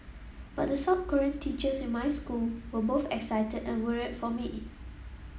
but the South Korean teachers in my school were both excited and worried for me